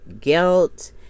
guilt